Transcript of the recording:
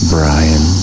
Brian